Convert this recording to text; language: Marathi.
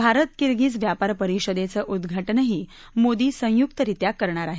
भारत किर्गिझ व्यापार परिषदेचं उद्घाटनही मोदी संयुक्तरित्या करणार आहेत